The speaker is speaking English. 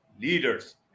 leaders